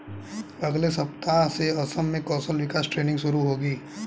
अगले सप्ताह से असम में कौशल विकास ट्रेनिंग शुरू होगी